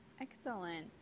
Excellent